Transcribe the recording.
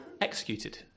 executed